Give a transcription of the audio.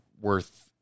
worth